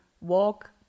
walk